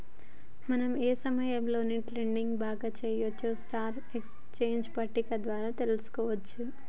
మనం ఏ సమయంలో ట్రేడింగ్ బాగా చెయ్యొచ్చో స్టాక్ ఎక్స్చేంజ్ పట్టిక ద్వారా తెలుసుకోవచ్చు